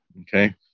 Okay